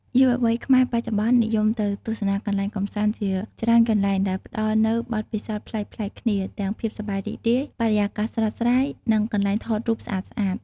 យុវវ័យខ្មែរបច្ចុប្បន្ននិយមទៅទស្សនាកន្លែងកម្សាន្តជាច្រើនកន្លែង ដែលផ្ដល់នូវបទពិសោធន៍ប្លែកៗគ្នា ទាំងភាពសប្បាយរីករាយ បរិយាកាសស្រស់ស្រាយ និងកន្លែងថតរូបស្អាតៗ។